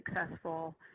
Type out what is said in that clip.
successful